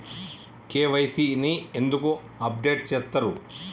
KYC ని ఎందుకు update చేత్తరు?